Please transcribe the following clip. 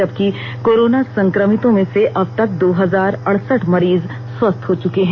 जबकि कोरोना संक्रमितों में से अब तक दो हजार अड़सठ मरीज स्वस्थ हो चुके हैं